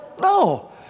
no